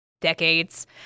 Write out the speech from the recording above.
decades